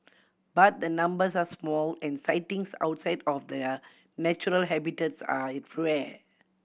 but the numbers are small and sightings outside of their natural habitats are rare